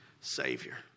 savior